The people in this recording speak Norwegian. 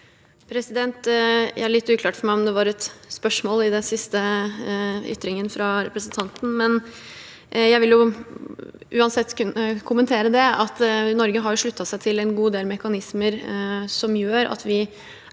Det er litt uklart for meg om det var et spørsmål i den siste ytringen fra representanten, men jeg vil uansett kommentere at Norge jo har sluttet seg til en god del mekanismer som gjør at vi er